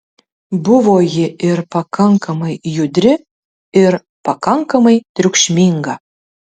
buvo ji ir pakankamai judri ir pakankamai triukšminga